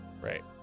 Right